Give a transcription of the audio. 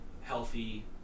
healthy